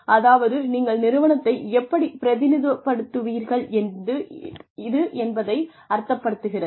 அதாவது நீங்கள் நிறுவனத்தை எப்படிப் பிரதிநிதித்துவப்படுத்துகிறீர்கள் இது என்பதை அர்த்தப்படுத்துகிறது